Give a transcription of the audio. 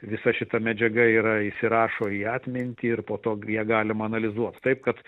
visa šita medžiaga yra įsirašo į atmintį ir po to ją galima analizuot taip kad